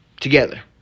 together